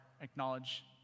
acknowledge